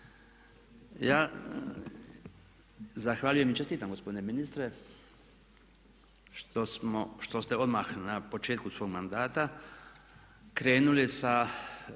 Ja zahvaljujem i čestitam gospodine ministre što ste odmah na početku svog mandata krenuli sa